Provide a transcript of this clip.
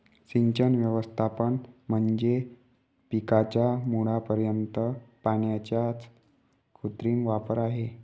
सिंचन व्यवस्थापन म्हणजे पिकाच्या मुळापर्यंत पाण्याचा कृत्रिम वापर आहे